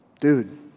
Dude